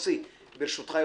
ברשותך,